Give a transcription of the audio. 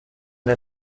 der